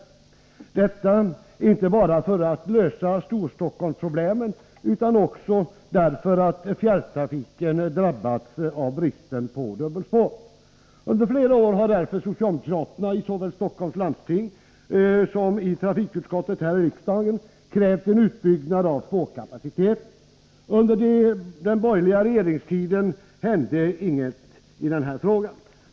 Utbyggnaden är inte bara nödvändig för att lösa Storstockholmsproblemen, utan också därför att fjärrtrafiken drabbats av bristen på dubbelspår. Under flera har år har socialdemokraterna i såväl Stockholms landsting som trafikutskottet här i riksdagen krävt en utbyggnad av spårkapaciteten. Under den borgerliga regeringstiden hände dock inget i denna fråga.